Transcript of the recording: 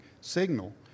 signal